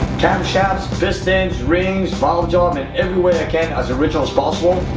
camshafts, pistons, rings valve job, in every way i can as original as possible.